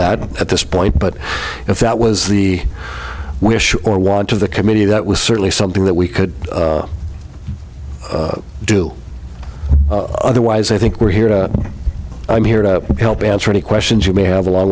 that at this point but if that was the wish or want to the committee that was certainly something that we could do otherwise i think we're here to i'm here to help answer any questions you may have along